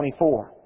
24